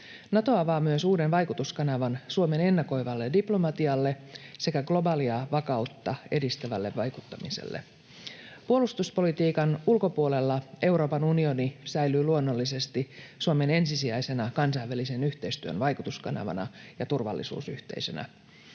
Nato avaa myös uuden vaikutuskanavan Suomen ennakoivalle diplomatialle sekä globaalia vakautta edistävälle vaikuttamiselle. Puolustuspolitiikan ulkopuolella Euroopan unioni säilyy luonnollisesti Suomen ensisijaisena kansainvälisen yhteistyön vaikutuskanavana ja turvallisuusyhteisönä.